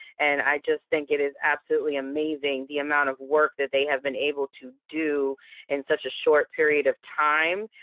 and i just think it is absolutely amazing, the amount of work that they have been able to do in such a short period of time.